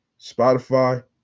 Spotify